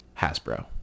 Hasbro